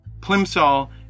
Plimsoll